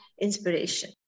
inspiration